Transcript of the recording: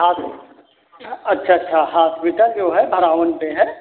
आ जू अच्छा अच्छा हॉस्पिटल जो है भरावन पर है